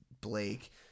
Blake